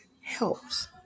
helps